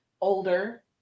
Older